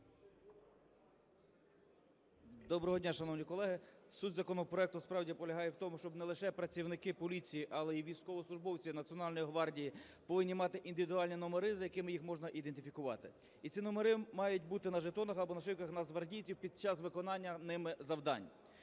Доброго дня, шановні колеги! Суть законопроекту справді полягає в тому, щоб не лише працівники поліції, але і військовослужбовці Національної гвардії повинні мати індивідуальні номери, за якими їх можна ідентифікувати. І ці номери мають бути на жетонах або нашивках нацгвардійців під час виконання ними завдань.